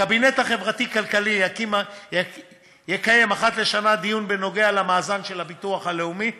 הקבינט החברתי-כלכלי יקיים אחת לשנה דיון בנוגע למאזן של הביטוח הלאומי.